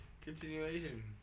Continuation